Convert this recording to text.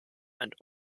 and